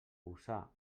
usar